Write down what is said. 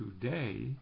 today